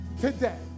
today